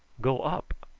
go up.